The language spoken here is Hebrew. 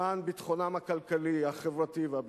למען ביטחונם הכלכלי, החברתי והביטחוני,